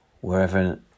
wherever